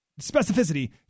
specificity